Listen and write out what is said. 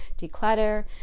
declutter